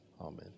Amen